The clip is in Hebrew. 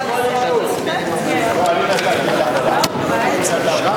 הצעת סיעות חד"ש רע"ם-תע"ל בל"ד להביע אי-אמון בממשלה